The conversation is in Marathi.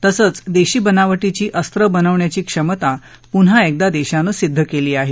तसंच देशी बनावटीची अस्त्रं बनविण्याची क्षमता पुन्हा एकदा देशानं सिद्ध केली आहे